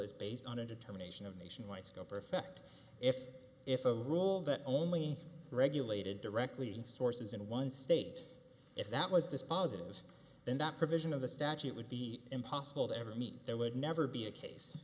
is based on a determination of nationwide scope or effect if if a rule that only regulated directly sources in one state if that was dispositive then that provision of the statute would be impossible to ever meet there would never be a case